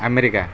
America